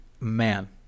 man